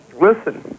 listen